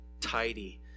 tidy